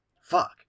fuck